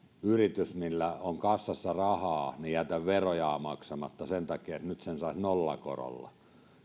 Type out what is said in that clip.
yritys millä on kassassa rahaa jätä verojaan maksamatta sen takia että sen saisi nollakorolla